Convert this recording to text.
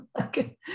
okay